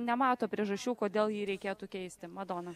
nemato priežasčių kodėl jį reikėtų keisti madona